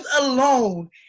alone